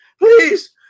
Please